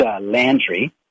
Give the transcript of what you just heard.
Landry